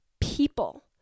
people